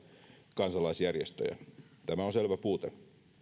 kansalaisjärjestöjä tämä on selvä puute